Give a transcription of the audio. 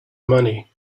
money